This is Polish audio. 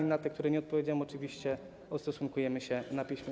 Do tych, na które nie odpowiedziałem, oczywiście ustosunkujemy się na piśmie.